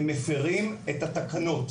הם מפירים את התקנות.